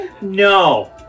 No